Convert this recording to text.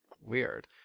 Weird